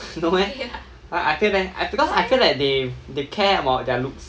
no meh I feel leh because I feel that they they care about their looks